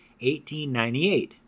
1898